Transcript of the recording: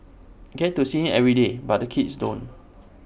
get to see him every day but the kids don't